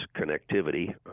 connectivity